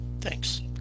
thanks